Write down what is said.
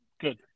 Good